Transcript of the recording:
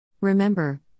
Remember